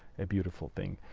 a beautiful thing.